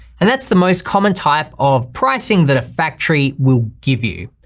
and that's the most common type of pricing that a factory will give you.